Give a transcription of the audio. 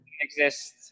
exist